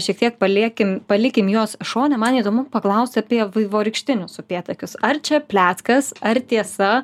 šiek tiek paliekim palikim juos šone man įdomu paklausti apie vaivorykštinius upėtakius ar čia pletkas ar tiesa